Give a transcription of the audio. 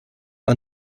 are